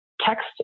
Text